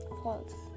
false